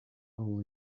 all